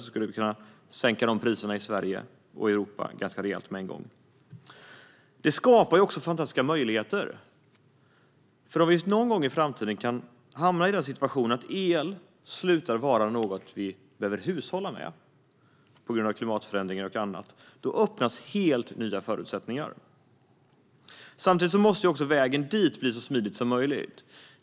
Vi skulle kunna sänka de priserna i Sverige och Europa ganska rejält med en gång. Det skapar också fantastiska möjligheter. Om vi någon gång i framtiden kan hamna i den situationen att el slutar vara något vi behöver hushålla med på grund av klimatförändringar och annat öppnas helt nya förutsättningar. Samtidigt måste vägen dit bli så smidig som möjligt.